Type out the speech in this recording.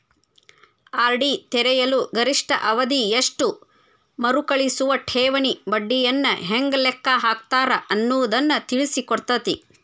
RD ತೆರೆಯಲು ಗರಿಷ್ಠ ಅವಧಿ ಎಷ್ಟು ಮರುಕಳಿಸುವ ಠೇವಣಿ ಬಡ್ಡಿಯನ್ನ ಹೆಂಗ ಲೆಕ್ಕ ಹಾಕ್ತಾರ ಅನ್ನುದನ್ನ ತಿಳಿಸಿಕೊಡ್ತತಿ